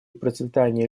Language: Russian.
процветание